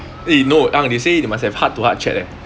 eh you know ang they say you must have heart to heart chat leh